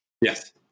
Yes